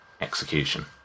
execution